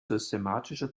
systematische